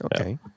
Okay